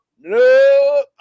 no